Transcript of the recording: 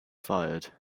fired